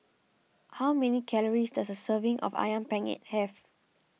how many calories does a serving of Ayam Penyet have